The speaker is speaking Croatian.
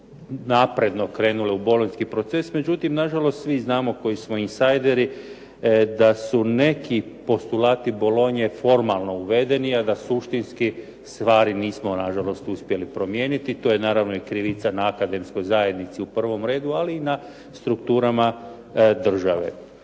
napredno krenule u bolonjski proces. Međutim nažalost, svi znamo koji smo insideri da su neki postulati Bolonje formalno uvedeni, a da suštinski stvari nismo nažalost uspjeli promijeniti. To je naravno i krivica na Akademskoj zajednici u prvom redu, ali i na strukturama države.